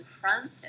front